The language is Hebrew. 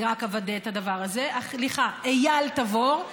אני רק אוודא את הדבר הזה, סליחה, אייל רביד.